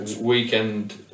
Weekend